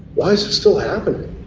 why is it still happening?